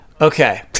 Okay